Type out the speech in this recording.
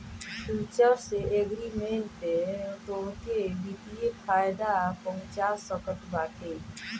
futures agreement तोहके वित्तीय फायदा पहुंचा सकत बाटे